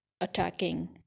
attacking